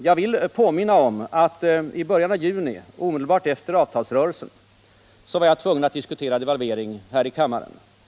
Jag vill påminna om att jag i början av juni, omedelbart efter avtalsrörelsen, på grund av en socialdemokratisk fråga var tvungen att diskutera devalvering här i kammaren.